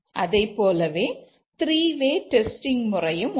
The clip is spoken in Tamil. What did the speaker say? அதைப்போலவே 3 வே டெஸ்டிங் முறையும் உண்டு